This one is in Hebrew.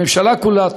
לממשלה כולה.